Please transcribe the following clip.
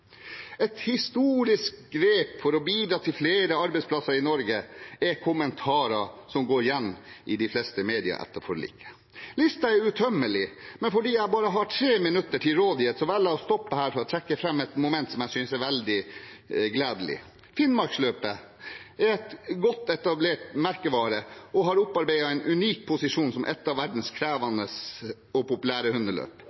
et tydelig Fremskrittsparti-stempel. «Et historisk grep for å bidra til flere arbeidsplasser i Norge» – det er en kommentar som går igjen i de fleste medier etter forliket. Listen er uuttømmelig, men fordi jeg bare har 3 minutter til rådighet, velger jeg å stoppe her for å trekke fram et moment som jeg synes er veldig gledelig. Finnmarksløpet er en godt etablert merkevare og har opparbeidet en unik posisjon som et av verdens